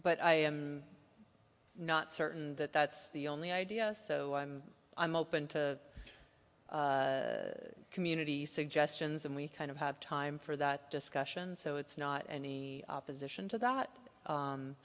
but i am not certain that that's the only idea so i'm open to community suggestions and we kind of have time for that discussion so it's not any opposition to that